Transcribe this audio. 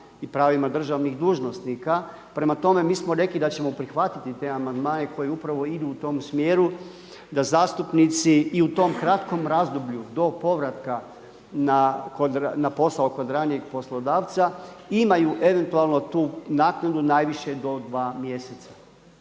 i pravima državnih dužnosnika. Prema tome, mi smo rekli da ćemo prihvatiti te amandmane koji upravo idu u tom smjeru da zastupnici i u tom kratkom razdoblju do povratka na posao kod ranijeg poslodavca imaju eventualno tu naknadu najviše do dva mjeseca.